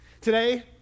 Today